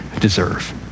deserve